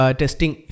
testing